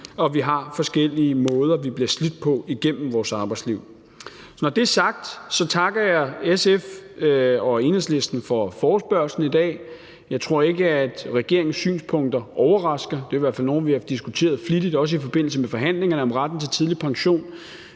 og forskellige måder, vi bliver slidt på igennem vores arbejdsliv. Når det er sagt, takker jeg SF og Enhedslisten for forespørgslen i dag. Jeg tror ikke, at regeringens synspunkter overrasker – det er i hvert fald nogle, vi har diskuteret flittigt, også i forbindelse med forhandlingerne om retten til tidlig pension.